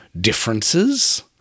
differences